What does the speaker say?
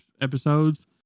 episodes